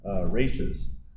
races